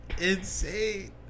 Insane